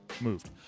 moved